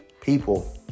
people